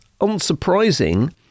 unsurprising